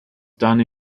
done